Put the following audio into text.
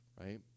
right